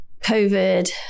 COVID